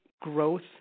growth